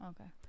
Okay